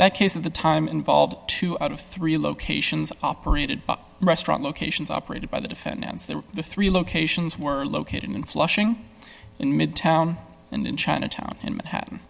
that case of the time involved two out of three locations operated restaurant locations operated by the defendants there the three locations were located in flushing in midtown and in chinatown in manhattan